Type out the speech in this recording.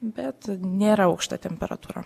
bet nėra aukšta temperatūra